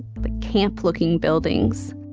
like, camp-looking buildings.